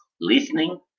listening